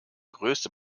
größte